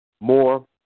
more